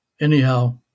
anyhow